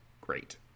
great